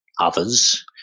others